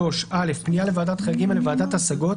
3(א) פנייה לוועדת חריגים ולוועדת השגות